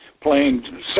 playing